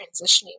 transitioning